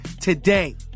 today